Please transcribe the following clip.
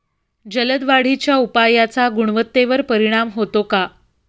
जलद वाढीच्या उपायाचा गुणवत्तेवर परिणाम होतो का?